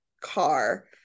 car